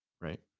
Right